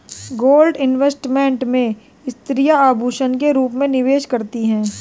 gold investment में स्त्रियां आभूषण के रूप में निवेश करती हैं